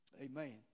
Amen